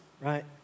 right